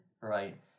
right